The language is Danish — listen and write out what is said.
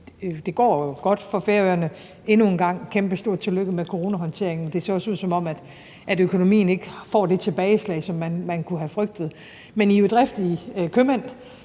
Det går godt for Færøerne, og endnu engang et kæmpestort tillykke med coronahåndteringen. Det ser også ud, som om økonomien ikke får det tilbageslag, som man kunne have frygtet. Men I er jo driftige købmænd